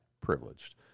privileged